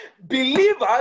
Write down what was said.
Believers